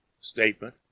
statement